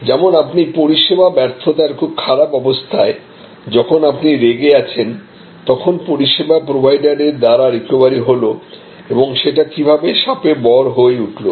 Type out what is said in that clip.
যেমন আপনি পরিষেবা ব্যর্থতার খুব খারাপ অবস্থায় যখন আপনি রেগে আছেন তখন পরিষেবা প্রোভাইডার এর দ্বারা রিকভারি হল এবং সেটা কিভাবে শাপে বর হয়ে উঠলো